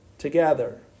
Together